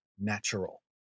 natural